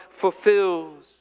fulfills